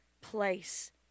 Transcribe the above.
place